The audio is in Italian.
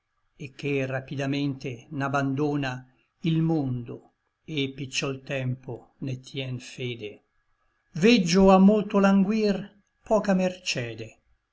et che rapidamente n'abandona il mondo et picciol tempo ne tien fede veggio a molto languir poca mercede